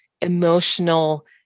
emotional